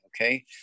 Okay